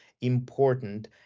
important